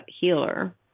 Healer